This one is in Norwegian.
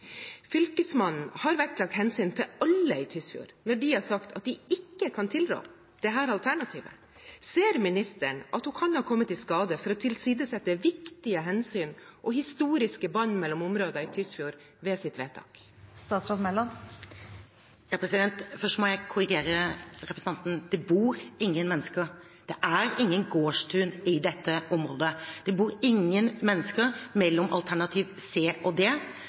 Fylkesmannen har vektlagt hensynet til alle i Tysfjord når Fylkesmannen har sagt at man ikke kan tilrå dette alternativet. Ser ministeren at hun kan ha kommet i skade for å tilsidesette viktige hensyn og historiske bånd mellom områdene i Tysfjord ved sitt vedtak? Først må jeg korrigere representanten. Det bor ingen mennesker – det er ingen gårdstun – i dette området. Det bor ingen mennesker mellom alternativ C og D,